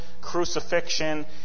crucifixion